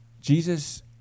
Jesus